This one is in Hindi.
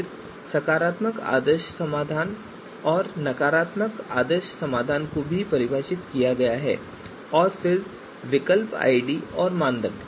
फिर सकारात्मक आदर्श समाधान और नकारात्मक आदर्श समाधान को भी परिभाषित किया गया है और फिर विकल्प आईडी और मानदंड